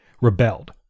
rebelled